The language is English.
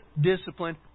discipline